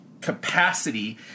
capacity